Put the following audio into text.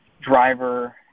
driver